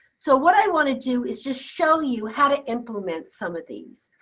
so what i want to do is just show you how to implement some of these.